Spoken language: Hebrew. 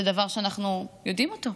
זה דבר שאנחנו יודעים אותו.